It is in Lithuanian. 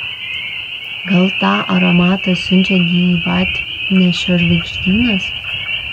gal tą aromatą siunčia gyvatnešio žvaigždynas